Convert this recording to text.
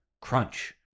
crunch